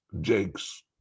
jakes